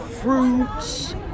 fruits